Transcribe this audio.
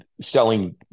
Selling